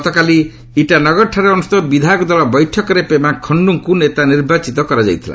ଗତକାଲି ଇଟାନଗରଠାରେ ଅନୁଷ୍ଠିତ ବିଧାୟକ ଦଳ ବୈଠକରେ ପେମା ଖଶ୍ଚୁଙ୍କୁ ନେତା ନିର୍ବାଚିତ କରାଯାଇଥିଲା